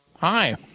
Hi